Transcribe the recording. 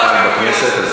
לא מוחאים כפיים בכנסת,